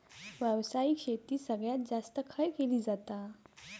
व्यावसायिक शेती सगळ्यात जास्त खय केली जाता?